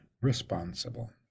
responsible